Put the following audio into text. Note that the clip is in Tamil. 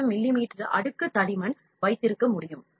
1 மிமீ அடுக்கு தடிமன் வைத்திருக்க முடியும்